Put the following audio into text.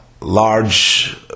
large